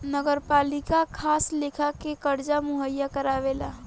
नगरपालिका खास लेखा के कर्जा मुहैया करावेला